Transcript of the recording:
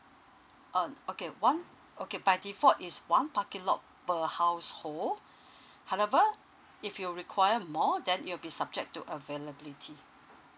uh okay one okay by default is one parking lot per household however if you require more than it'll be subject to availability